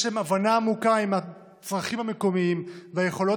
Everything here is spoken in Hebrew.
יש להן הבנה עמוקה לצרכים המקומיים והיכולות